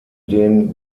den